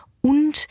Und